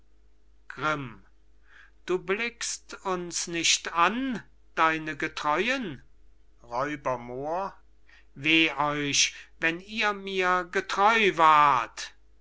grimm du blickst uns nicht an deine getreuen r moor weh euch wenn ihr mir getreu war't